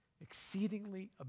exceedingly